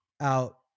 out